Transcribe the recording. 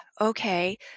Okay